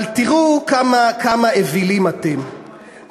אבל תראו כמה אווילים אתם,